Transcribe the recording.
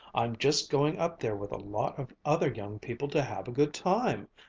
i'm just going up there with a lot of other young people to have a good time.